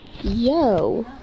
yo